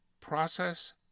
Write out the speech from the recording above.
process